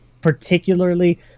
particularly